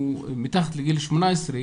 מתחת לגיל 18,